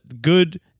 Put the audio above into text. good